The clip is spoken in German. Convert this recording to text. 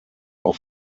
auf